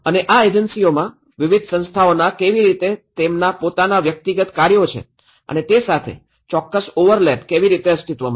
અને આ એજન્સીઓમાં વિવિધ સંસ્થાઓનાં કેવી રીતે તેમના પોતાના વ્યક્તિગત કાર્યો છે અને તે સાથે ચોક્કસ ઓવરલેપ કેવી રીતે અસ્તિત્વમાં છે